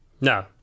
No